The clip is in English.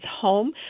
home